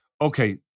Okay